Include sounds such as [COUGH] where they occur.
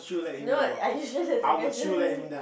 no are you sure that's the question [LAUGHS]